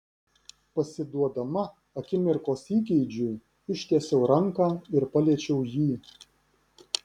pasiduodama akimirkos įgeidžiui ištiesiau ranką ir paliečiau jį